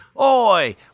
Oi